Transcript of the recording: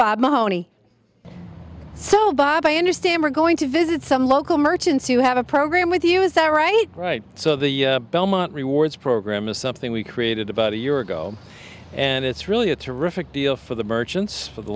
bob mahoney so bob i understand we're going to visit some local merchants who have a program with you is that right right so the belmont rewards program is something we created about a year ago and it's really a terrific deal for the merchants for the